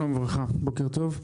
שלום וברכה, בוקר טוב.